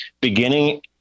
beginning